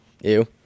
Ew